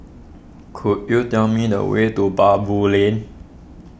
could you tell me the way to Baboo Lane